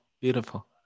Beautiful